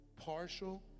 partial